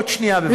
עוד שנייה בבקשה.